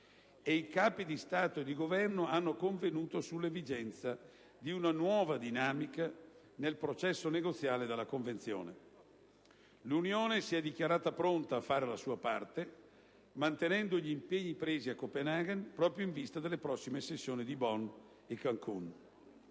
ed i Capi di Stato e di Governo hanno convenuto sull'esigenza di una nuova dinamica nel processo negoziale della Convenzione. L'Unione europea si è dichiarata pronta a fare la sua parte mantenendo gli impegni presi a Copenaghen, proprio in vista delle prossime sessioni di Bonn e Cancun.